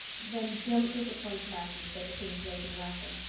then don't disappoint matthew, said the pink lady, laughing.